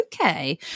okay